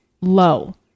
low